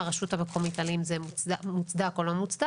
הרשות המקומית על האם זה מוצדק או לא מוצדק.